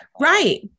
right